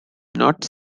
not